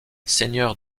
seigneur